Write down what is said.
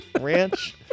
ranch